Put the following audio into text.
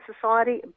society